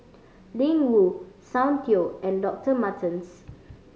Ling Wu Soundteoh and Doctor Martens